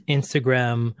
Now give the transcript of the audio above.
Instagram